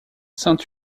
saint